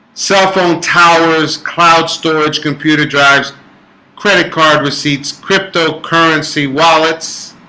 cell phone towers cloud storage computer drives credit card receipts crypto currency wallets